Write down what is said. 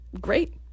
Great